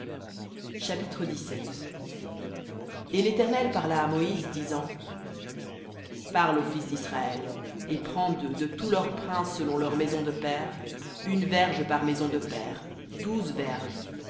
chapitre et l'éternel parla à moïse disant parle aux fils d'israël et prends d'eux de tous leurs princes selon leurs maisons de pères une verge par maison de père douze verges